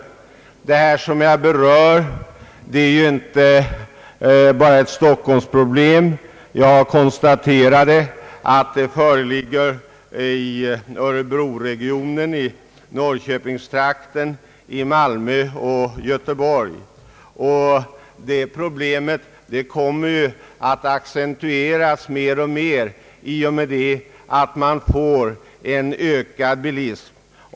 Det som jag berör är ju inte bara ett stockholmsproblem; jag har konstaterat att det föreligger i örebroregionen, i norrköpingstrakten, i Malmö och i Göteborg. Detta problem kommer att accentueras mer och mer i och med att bilismen ökar.